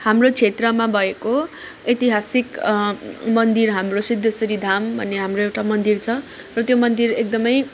हाम्रो क्षेत्रमा भएको ऐतिहासिक मन्दिर हाम्रो सिद्धेश्वरी धाम भन्ने हाम्रो एउटा मन्दिर छ र त्यो मन्दिर एकदम